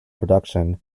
production